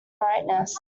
brightness